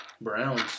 Browns